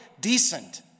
decent